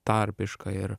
tarpiška ir